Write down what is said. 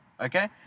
okay